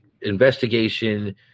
investigation